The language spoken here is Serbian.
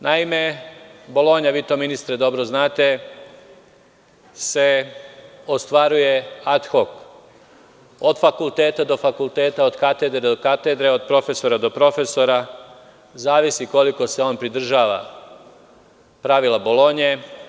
Naime, Bolonja, vi to ministre to dobro znate se ostvaruje ad hok, od fakulteta do fakulteta, od katedre do katedre, od profesora do profesora, zavisi koliko se on pridržava pravila Bolonje.